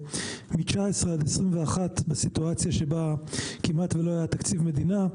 מ-2019 עד 2021 בסיטואציה שבה כמעט ולא היה תקציב מדינה,